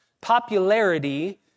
Popularity